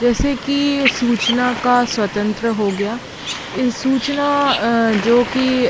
जैसे कि सूचना का स्वतंत्र हो गया यह सूचना जोकि